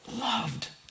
loved